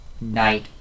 night